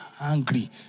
angry